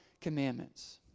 commandments